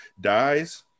dies